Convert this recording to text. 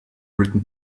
written